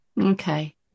Okay